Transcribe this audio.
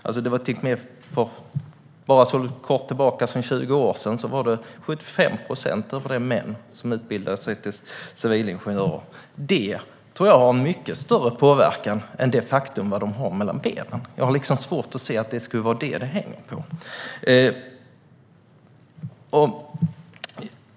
För bara så kort tid sedan som 20 år var det 75 procent män som utbildade sig till civilingenjörer, och det tror jag har en mycket större påverkan än vad de har mellan benen. Jag har liksom svårt att se att det skulle vara det som det hänger på.